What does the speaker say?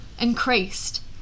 increased